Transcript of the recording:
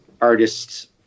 artists